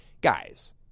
guys